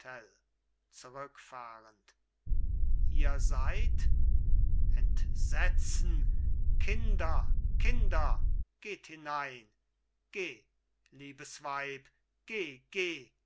zurückfahrend ihr seid entsetzen kinder kinder geht hinein geh liebes weib geh geh